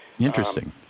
Interesting